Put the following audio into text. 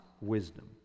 wisdom